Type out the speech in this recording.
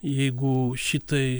jeigu šitai